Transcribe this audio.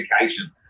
education